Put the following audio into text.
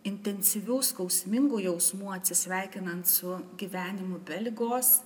intensyvių skausmingų jausmų atsisveikinant su gyvenimu be ligos